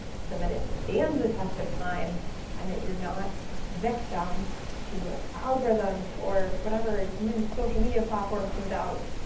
so that it stands the test of time and that you're not victim to algorithms or whatever new social media platform comes out.